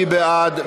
מי בעד?